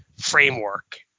framework